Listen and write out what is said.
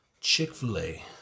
Chick-fil-A